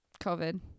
covid